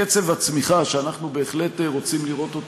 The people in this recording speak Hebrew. קצב הצמיחה שאנחנו רוצים לראות,